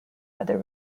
other